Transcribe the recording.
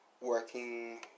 working